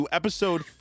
episode